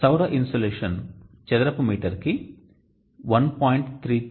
సౌర ఇన్సోలేషన్ చదరపు మీటర్ కి 1